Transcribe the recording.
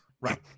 right